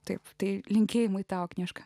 taip tai linkėjimai tau kniška